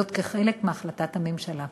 כחלק מהחלטת הממשלה.